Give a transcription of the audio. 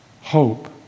hope